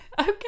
okay